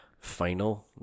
final